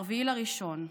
ב-4 בינואר,